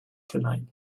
tonight